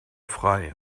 frei